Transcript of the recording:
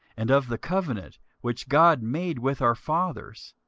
and of the covenant which god made with our fathers,